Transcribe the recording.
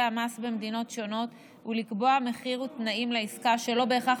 המס במדינות שונות ולקבוע מחיר ותנאים לעסקה שלא בהכרח